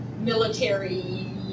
military